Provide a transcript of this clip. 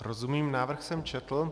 Rozumím, návrh jsem četl.